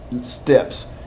steps